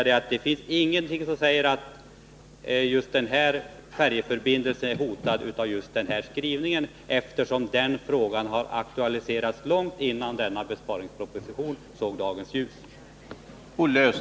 Det finns ingenting som säger att just den här färjeförbindelsen är hotad genom utskottets skrivning, eftersom frågan om förbindelsen aktualiserades långt innan besparingspropositionen såg dagens ljus.